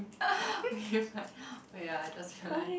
okay like oh ya I just realise